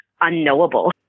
unknowable